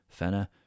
Fenna